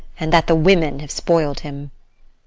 and that the women have spoiled him.